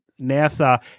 NASA